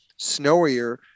snowier